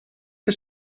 che